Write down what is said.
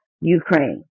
Ukraine